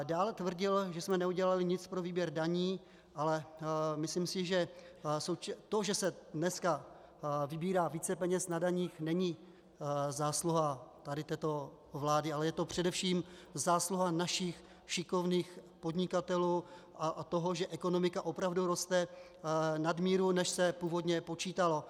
Dále tvrdil, že jsme neudělali nic pro výběr daní, ale myslím si, že to, že se dneska vybírá více peněz na daních, není zásluha této vlády, ale je to především zásluha našich šikovných podnikatelů a toho, že ekonomika opravdu roste nad míru, než se původně počítalo.